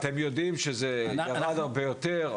שאתם יודעים שזה ירד הרבה יותר,